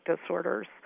disorders